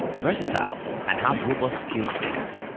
versatile and have robust skillsets,